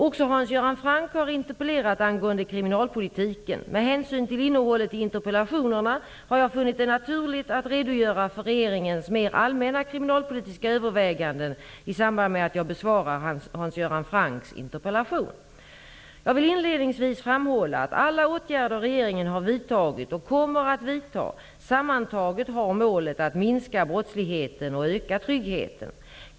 Också Hans Göran Franck har interpellerat angående kriminalpolitiken. Med hänsyn till innehållet i interpellationerna har jag funnit det naturligt att redogöra för regeringens mer allmänna kriminalpolitiska överväganden i samband med att jag besvarar Hans Göran Francks interpellation. Jag vill inledningsvis framhålla, att alla åtgärder regeringen har vidtagit och kommer att vidta sammantaget har målet att minska brottsligheten och öka tryggheten.